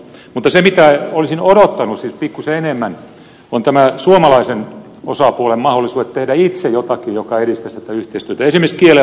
mutta se mitä olisin odottanut siis pikkuisen enemmän on suomalaisen osapuolen mahdollisuudet tehdä itse jotakin joka edistäisi tätä yhteistyötä esimerkiksi kielen opiskelun osalta